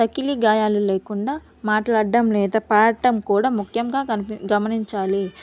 తకిలీ గాయాలు లేకుండా మాట్లాడడం లేదా పాడటం కూడా ముఖ్యంగా కనిపి గమనించాలి